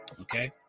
okay